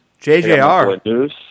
JJR